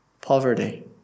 poverty